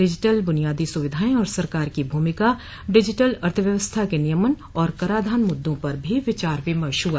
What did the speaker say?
digital बुनियादी सुविधाएं और सरकार की भूमिका डिजिटल अर्थव्यवस्था के नियमन और कराधान मुद्दों पर भी विचार विमर्श हुआ